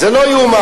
זה לא ייאמן.